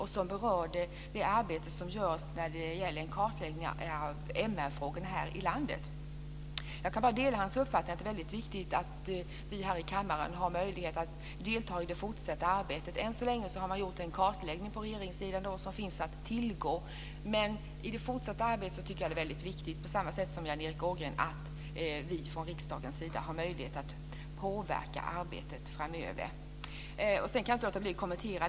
Han berörde det arbete som görs när det gäller en kartläggning av MR-frågorna här i landet. Jag delar hans uppfattning att det är väldigt viktigt att vi här i kammaren har möjlighet att delta i det fortsatta arbetet. Regeringen har gjort en kartläggning som finns att tillgå. Men precis som Jan Erik Ågren tycker jag att det är väldigt viktigt att vi i riksdagen har möjlighet att påverka det fortsatta arbetet framöver. Sedan kan jag inte låta bli att göra en annan kommentar.